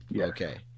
Okay